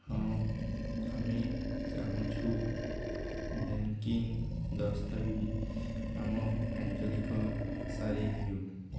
ହଁ ଆମେ ଚାହୁଁଛୁ ବ୍ୟାଙ୍କିଂ ଦସ୍ତାବିଜ ଆମ ଆଞ୍ଚଳିକ ଭାଷାରେ ହେଉ